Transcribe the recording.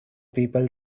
people